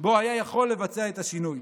שבו היה יכול לבצע את השינוי.